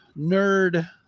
nerd